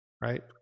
right